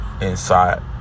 inside